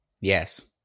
yes